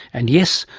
and, yes,